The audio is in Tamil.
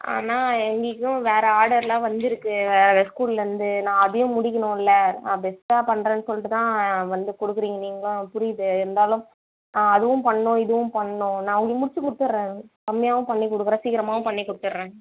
ஆனால் எங்களுக்கும் வேறு ஆர்டர்லாம் வந்திருக்கு வேறு வேறு ஸ்கூலில் இருந்து நான் அதையும் முடிக்கணும்ல நான் பெஸ்ட்டாக பண்ணுறேன்னு சொல்லிட்டு தான் வந்து கொடுக்குறீங்க நீங்களும் புரியுது இருந்தாலும் நான் அதுவும் பண்ணணும் இதுவும் பண்ணணும் நான் உங்களுக்கு முடித்து கொடுத்துர்றேன் கம்மியாகவும் பண்ணி கொடுக்குறேன் சீக்கிரமாகவும் பண்ணி கொடுத்துர்றேன்